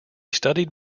studied